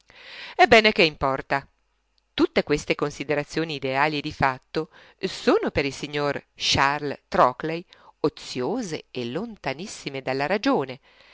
ebbene che importa tutte queste considerazioni ideali e di fatto sono per il signor charles trockley oziose e lontanissime dalla ragione